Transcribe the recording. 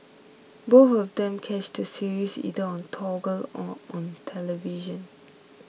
both of them catch the series either on toggle or on television